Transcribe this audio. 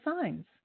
signs